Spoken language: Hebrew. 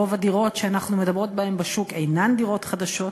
רוב הדירות בשוק שאנחנו מדברות עליהן אינן דירות חדשות.